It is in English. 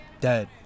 dead